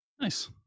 Nice